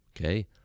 okay